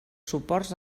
suports